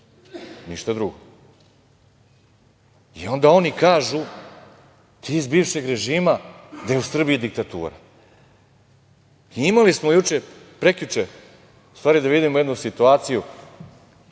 ništa drugo. I, onda oni kažu – ti, iz bivšeg režima da je u Srbiji diktatura. Imali smo juče, prekjuče, u stvari da vidimo jednu situaciju